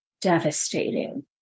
devastating